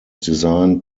designed